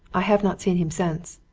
i have not seen him since.